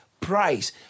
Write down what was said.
price